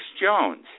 Jones